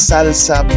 Salsa